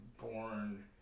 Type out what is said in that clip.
born